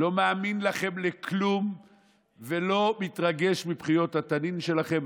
לא מאמין לכם לכלום ולא מתרגש מבכיות התנין שלכם.